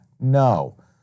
no